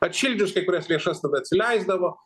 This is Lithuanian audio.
atšildžius kai kurias lėšas tada atsileisdavo